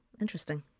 Interesting